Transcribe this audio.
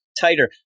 tighter